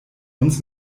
uns